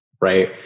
right